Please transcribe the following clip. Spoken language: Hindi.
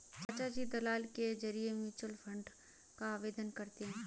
चाचाजी दलाल के जरिए म्यूचुअल फंड का आवेदन करते हैं